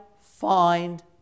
find